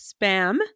spam